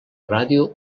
ràdio